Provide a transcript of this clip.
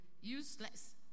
useless